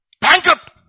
Bankrupt